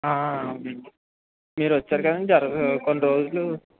అవునండి మీరొచ్చారు కదండి జా కొన్ని రోజులు